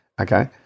okay